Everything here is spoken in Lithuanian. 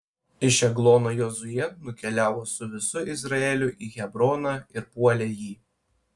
iš eglono jozuė nukeliavo su visu izraeliu į hebroną ir puolė jį